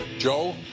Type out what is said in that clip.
Joe